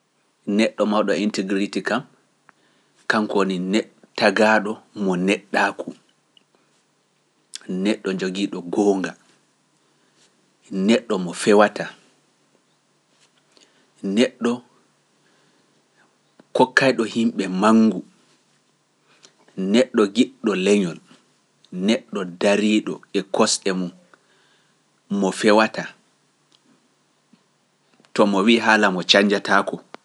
Neɗɗo mawɗo e integriti kam, kanko woni tagaaɗo mo neɗɗaaku, neɗɗo jogiiɗo goonga, neɗɗo mo fewata, neɗɗo kokkayɗo himɓe mangu, neɗɗo giɗɗo leñol, neɗɗo dariiɗo e kosɗe mum, mo fewata, to mo wi haala mo canjataako,